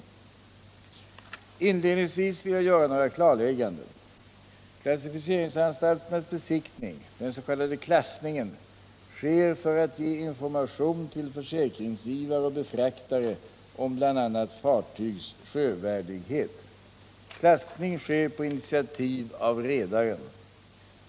Inledningsvis vill jag göra några klarlägganden. Klassificeringsanstalternas besiktning, den s.k. klassningen, sker för att ge information till försäkringsgivare och befraktare om bl.a. fartygs sjövärdighet. Klassning sker på initiativ av redaren.